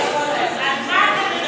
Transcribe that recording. על מה אתם מדברים?